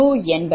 4916 2X0